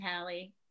Hallie